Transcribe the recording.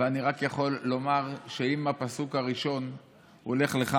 ואני רק יכול לומר שאם הפסוק הראשון הוא "לך לך